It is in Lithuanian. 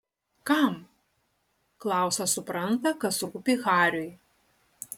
kam klausas supranta kas rūpi hariui